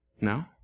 No